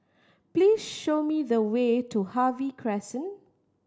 please show me the way to Harvey Crescent